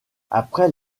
après